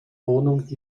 wohnung